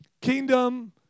kingdom